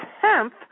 tenth